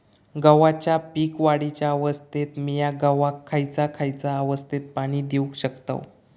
गव्हाच्या पीक वाढीच्या अवस्थेत मिया गव्हाक खैयचा खैयचा अवस्थेत पाणी देउक शकताव?